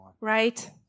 right